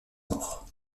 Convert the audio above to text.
mort